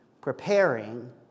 preparing